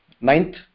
ninth